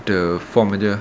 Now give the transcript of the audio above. the form aje